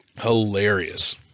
hilarious